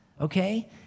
okay